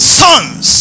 sons